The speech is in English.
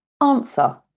Answer